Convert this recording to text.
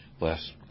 last